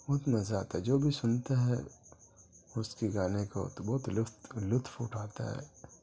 بہت مزہ آتا ہے جو بھی سنتا ہے اس کے گانے کو تو بہت لفط لطف اٹھاتا ہے